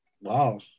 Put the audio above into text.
wow